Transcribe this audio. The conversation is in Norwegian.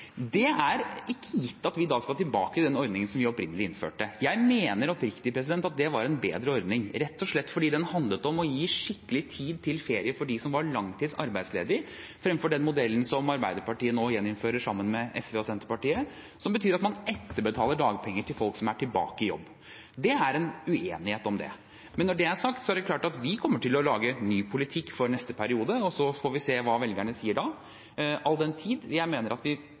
Det er ikke gitt at vi da skal tilbake til den ordningen som vi opprinnelig innførte. Jeg mener oppriktig at det var en bedre ordning, rett og slett fordi den handlet om å gi skikkelig tid til ferie for dem som var langtidsarbeidsledige, fremfor den modellen som Arbeiderpartiet nå gjeninnfører sammen med SV og Senterpartiet, som betyr at man etterbetaler dagpenger til folk som er tilbake i jobb. Det er en uenighet om det. Men når det er sagt: Det er klart at vi kommer til å lage ny politikk for neste periode, og så får vi se hva velgerne sier da. Jeg mener at vi